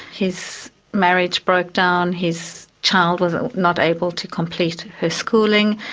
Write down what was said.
his marriage broke down, his child was ah not able to complete her schooling.